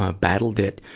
ah battled it,